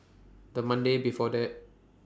The Monday before that